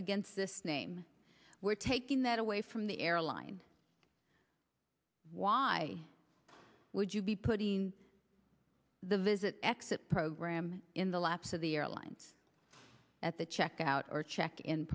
against this name we're taking that away from the airline why would you be putting the visit exit program in the laps of the airlines at the checkout or check in